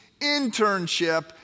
internship